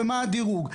מה הדירוג?